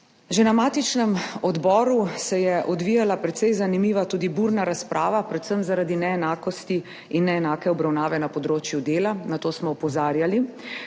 Že na matičnem odboru se je odvila precej zanimiva, tudi burna, razprava, predvsem zaradi neenakosti in neenake obravnave na področju dela. Na to smo opozarjali.